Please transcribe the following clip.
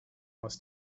was